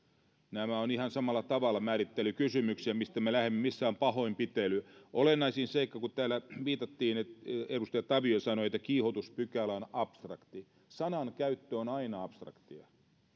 nämä ovat ihan samalla tavalla määrittelykysymyksiä mistä me lähdemme missä on pahoinpitely olennaisin seikka kun täällä edustaja tavio sanoi että kiihotuspykälä on abstrakti sanan käyttö on aina abstraktia